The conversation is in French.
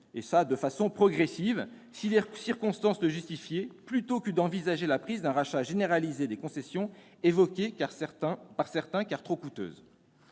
», de façon progressive et si les circonstances le justifiaient, plutôt que d'envisager la piste d'un rachat généralisé des concessions, que certains avaient évoquée,